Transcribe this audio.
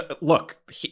look